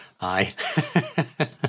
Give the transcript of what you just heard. Aye